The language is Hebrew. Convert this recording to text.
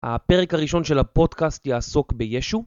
הפרק הראשון של הפודקאסט יעסוק בישו.